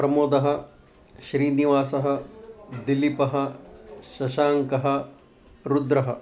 प्रमोदः श्रीनिवासः दिलीपः शशाङ्कः रुद्रः